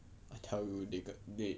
I tell you they gonna they